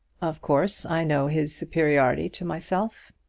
of course, i know his superiority to myself.